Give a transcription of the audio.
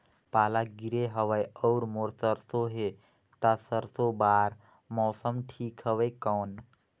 पाला गिरे हवय अउर मोर सरसो हे ता सरसो बार मौसम ठीक हवे कौन?